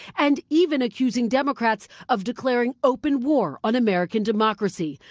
and even accusing democrats of declaring open war on american democracy.